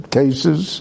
cases